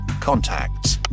contacts